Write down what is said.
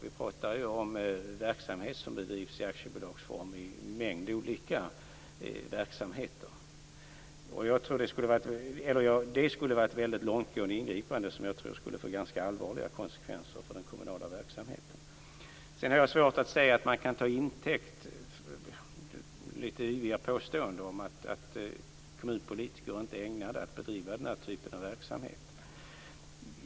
Vi talar om verksamhet som bedrivs i aktiebolagsform i en mängd olika verksamheter. Det skulle vara ett väldigt långtgående ingripande som jag tror skulle få ganska allvarliga konsekvenser för den kommunala verksamheten. Sedan har jag svårt att se att man kan ta lite yviga påståenden till intäkt för att kommunpolitiker inte är ägnade att bedriva den här typen av verksamhet.